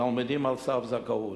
לתלמידים על סף זכאות.